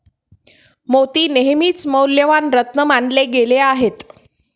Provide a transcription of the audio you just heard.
मोती नेहमीच मौल्यवान रत्न मानले गेले आहेत